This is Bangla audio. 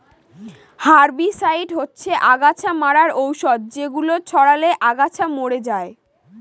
হার্বিসাইড হচ্ছে অগাছা মারার ঔষধ যেগুলো ছড়ালে আগাছা মরে যায়